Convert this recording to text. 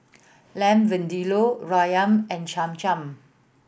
Lamb Vindaloo Ramyeon and Cham Cham